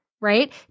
right